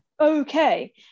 okay